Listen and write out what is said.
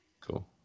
Cool